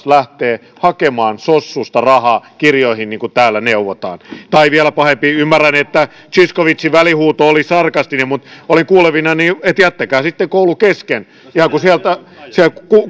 lähtee hakemaan sossusta rahaa kirjoihin niin kuin täällä neuvotaan tai vielä pahempi ymmärrän että zyskowiczin välihuuto oli sarkastinen mutta olin kuulevinani että jättäkää sitten koulu kesken se